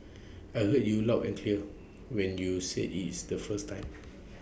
I heard you loud and clear when you said IT the first time